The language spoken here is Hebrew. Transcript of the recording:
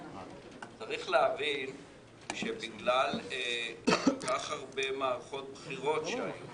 צריך להבין שבגלל כל כך הרבה מערכות בחירות שהיו,